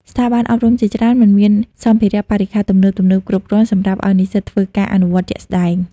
ស្ថាប័នអប់រំជាច្រើនមិនមានសម្ភារៈបរិក្ខារទំនើបៗគ្រប់គ្រាន់សម្រាប់ឱ្យនិស្សិតធ្វើការអនុវត្តជាក់ស្តែង។